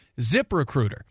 ZipRecruiter